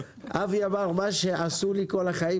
אבי אמר שמה שעשו לו כל החיים,